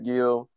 Gill